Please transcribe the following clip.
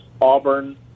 Auburn